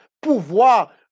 pouvoir